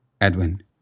edwin